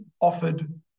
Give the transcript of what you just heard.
offered